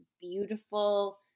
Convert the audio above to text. beautiful